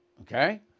okay